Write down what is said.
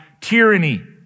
tyranny